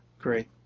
great